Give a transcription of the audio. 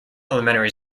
elementary